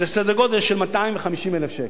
זה סדר-גודל של 250,000 שקל.